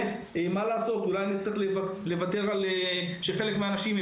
אולי נצטרך גם שחלק מהאנשים.